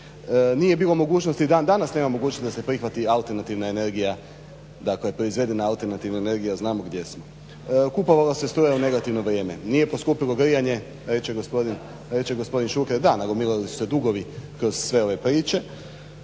Nije bilo mogućnosti i dan danas nema mogućnosti da se prihvati alternativna energija, dakle proizvedena alternativna energija. Znamo gdje smo. Kupovala se struja u negativno vrijeme. Nije poskupilo grijanje reče gospodin Šuker, da nagomilali su se dugovi kroz sve ove priče.